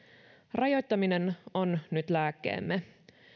rajoittaminen on nyt lääkkeemme